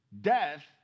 death